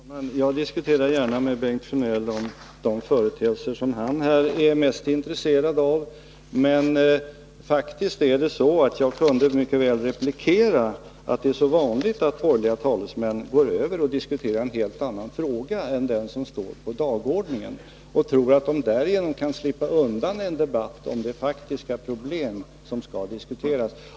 Herr talman! Jag diskuterar gärna med Bengt Sjönell de företeelser som han här är mest intresserad av. Men jag kan faktiskt mycket väl replikera att det är vanligt att borgerliga talesmän går över och diskuterar en helt annan fråga än den som står på dagordningen. De tror att de därigenom kan slippa undan en debatt om det faktiska problem som skall diskuteras.